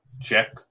check